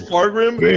Fargrim